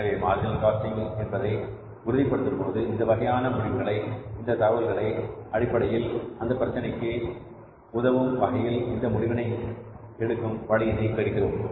எனவே marginal costing என்பதை நாம் உபயோகப்படுத்தும் போது இந்த வகையான முடிவுகளை இந்த தகவல்களின் அடிப்படையில் அந்த பிரச்சனைக்கு உதவும் வகையில் இந்த முடிவு எடுக்கும் வழியினை பெறுகிறோம்